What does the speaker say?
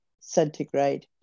centigrade